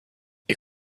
you